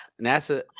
NASA